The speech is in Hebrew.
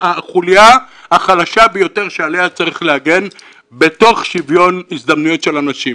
החוליה החלשה ביותר שעליה צריך להגן בתוך שוויון הזדמנויות של אנשים.